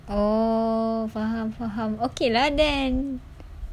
orh faham faham okay lah then